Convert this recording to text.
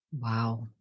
Wow